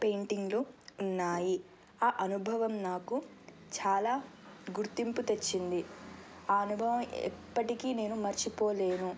పెయింటింగ్లు ఉన్నాయి ఆ అనుభవం నాకు చాలా గుర్తింపు తెచ్చింది ఆ అనుభవం ఎప్పటికీ నేను మర్చిపోలేను